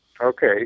Okay